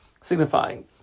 signifying